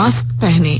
mask पहनें